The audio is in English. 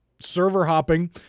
server-hopping